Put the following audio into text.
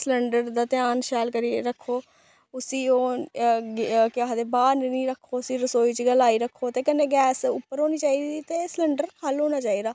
cylinder दा ध्यान शैल करियै रक्खो उस्सी ओह् केह् आखदे बाह्र नेईं रक्खो उस्सी रसोई च गै लाई रक्खो ते कन्नै गैस उप्पर होनी चाहिदी ते सलैंडर खल्ल होना चाहिदा